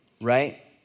right